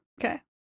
okay